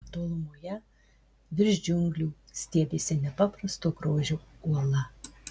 tolumoje virš džiunglių stiebėsi nepaprasto grožio uola